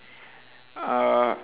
uh